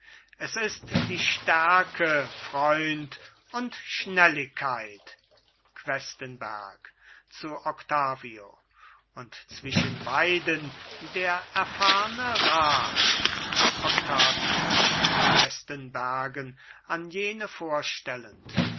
es ist die stärke freund und schnelligkeit questenberg zu octavio und zwischen beiden der erfahrne rat octavio questenbergen an jene vorstellend